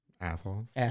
assholes